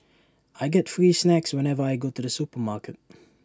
I get free snacks whenever I go to the supermarket